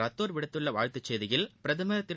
ரத்தோர் விடுத்துள்ள வாழ்த்துச் செய்தியில் பிரதமர் திரு